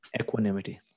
equanimity